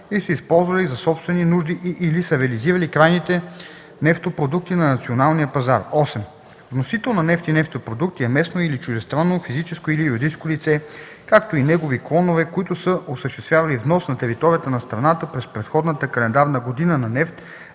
8. „Вносител на нефт и нефтопродукти” е местно или чуждестранно физическо или юридическо лице, както и негови клонове, които са осъществявали внос на територията на страната през предходната календарна година на нефт,